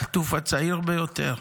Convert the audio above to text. החטוף הצעיר ביותר,